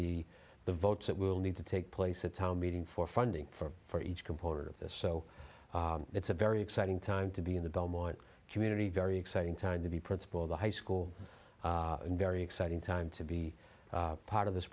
the the votes that will need to take place it's how meeting for funding for each component of this so it's a very exciting time to be in the belmont community very exciting time to be principal of the high school and very exciting time to be part of this